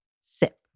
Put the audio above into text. sip